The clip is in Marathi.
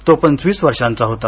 तो पंचवीस वर्षांचा होता